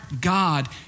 God